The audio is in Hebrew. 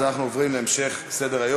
אז אנחנו עוברים להמשך סדר-היום.